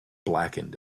blackened